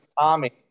Tommy